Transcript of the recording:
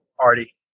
party